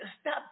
Stop